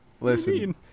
listen